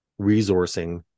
resourcing